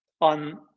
on